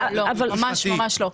ממש לא.